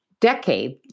decade